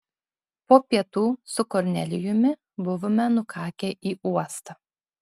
po pietų su kornelijumi buvome nukakę į uostą